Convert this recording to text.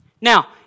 Now